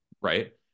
Right